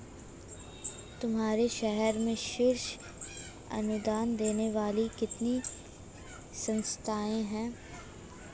तुम्हारे शहर में शीर्ष अनुदान देने वाली कितनी संस्थाएं हैं?